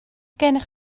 gennych